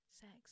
sex